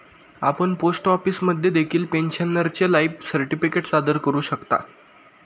आपण पोस्ट ऑफिसमध्ये देखील पेन्शनरचे लाईफ सर्टिफिकेट सादर करू शकता